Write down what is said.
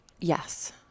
Yes